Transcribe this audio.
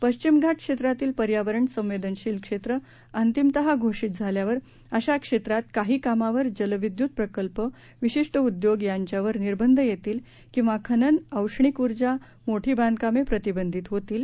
पश्चिम घाट क्षेत्रातील पर्यावरण संवेदनशील क्षेत्र अंतिमतः घोषित झाल्यावर अशा क्षेत्रात काही कामांवर जल विद्युत प्रकल्प विशिष्ट उद्योग यांच्यावर निर्बंध येतील किंवा खनन औष्णिक उर्जा मोठी बांधकामे प्रतिबंधित होतील